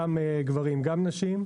גם גברים גם נשים.